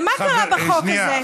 ומה קרה בחוק הזה?